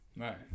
Right